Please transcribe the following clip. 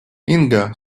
инга